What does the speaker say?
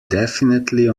definitely